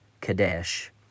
Kadesh